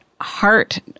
heart